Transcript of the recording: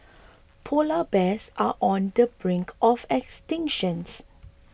Polar Bears are on the brink of extinctions